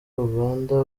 uganda